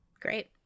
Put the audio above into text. Great